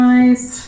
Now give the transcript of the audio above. Nice